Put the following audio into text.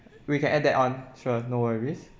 we can add that on sure no worries